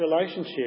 relationship